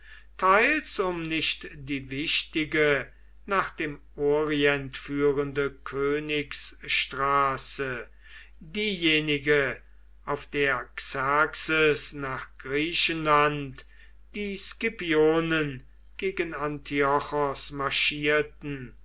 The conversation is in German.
teils um nicht die wichtige nach dem orient führende königsstraße diejenige auf der xerxes nach griechenland die scipionen gegen antiochos marschierten